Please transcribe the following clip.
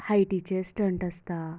हायटीचे stunt आसता